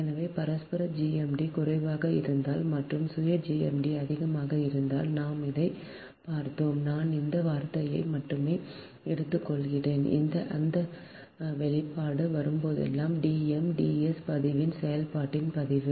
எனவே பரஸ்பர GMD குறைவாக இருந்தால் மற்றும் சுய GMD அதிகமாக இருந்தால் நாம் இதைப் பார்த்தோம் நான் அந்த வார்த்தையை மட்டுமே எடுத்துக்கொள்கிறேன் அந்த வெளிப்பாடு வரும்போதெல்லாம் D m Ds பதிவின் செயல்பாட்டின் பதிவு